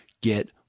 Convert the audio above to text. get